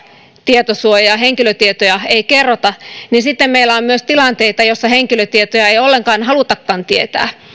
tietosuoja ja henkilötietoja ei kerrota meillä on myös tilanteita joissa henkilötietoja ei ollenkaan halutakaan tietää